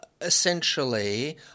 essentially